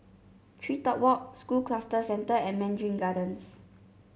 TreeTop Walk School Cluster Centre and Mandarin Gardens